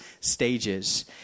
stages